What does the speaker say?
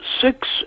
six